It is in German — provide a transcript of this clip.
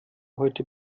heute